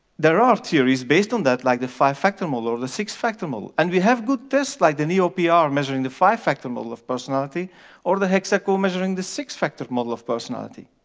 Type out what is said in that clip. there are theories based on that, like the five-factor model or the six-factor model. and we have good tests like the neo-pi-r, measuring the five-factor model of personality or the hexaco, measuring the six-factor model of personality.